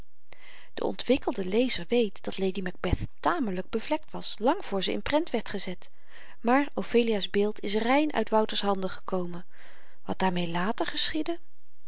de ontwikkelde lezer weet dat lady macbeth tamelyk bevlekt was lang voor ze in prent werd gezet maar ophelia's beeld is rein uit wouters handen gekomen wat daarmee later geschiedde